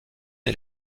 est